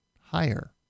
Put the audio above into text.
higher